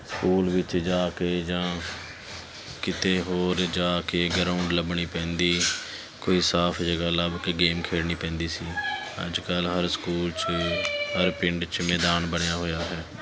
school ਵਿੱਚ ਜਾ ਕੇ ਜਾਂ ਕਿਤੇ ਹੋਰ ਜਾ ਕੇ ਗਰਾਉਂਡ ਲੱਭਣਾ ਪੈਂਦਾ ਕੋਈ ਸਾਫ ਜਗ੍ਹਾ ਲੱਭ ਕੇ ਗੇਮ ਖੇਡਣੀ ਪੈਂਦੀ ਸੀ ਅੱਜ ਕੱਲ੍ਹ ਹਰ ਸਕੂਲ 'ਚ ਹਰ ਪਿੰਡ 'ਚ ਮੈਦਾਨ ਬਣਿਆ ਹੋਇਆ ਹੈ